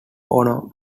ono